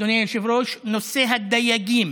אדוני היושב-ראש, נושא הדייגים.